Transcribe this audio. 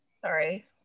Sorry